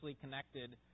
connected